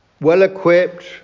well-equipped